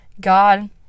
God